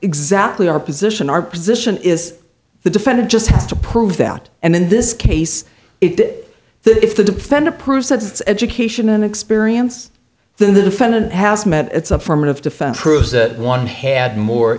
exactly our position our position is the defendant just has to prove that and in this case it that if the defendant proves it's education and experience then the defendant has met its affirmative defense proof that one had more